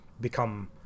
become